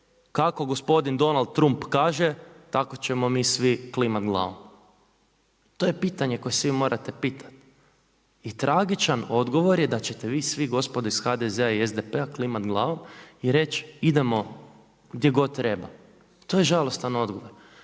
kako gospodin Donald Trump kaže tako ćemo mi svi klimati glavom. To je pitanje koje se vi morate pitat. I tragičan odgovor je da ćete vi svi gospodo iz HDZ-a i SDP-a klimat glavom i reć idemo gdje god treba. To je žalostan odgovor.